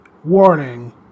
Warning